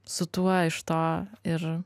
su tuo iš to ir